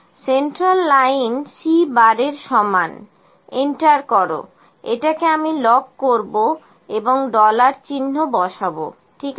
central line C এর সমান enter করো এটাকে আমি লক করব এবং ডলার চিহ্ন বসাব ঠিক আছে